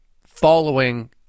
following